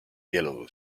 yellow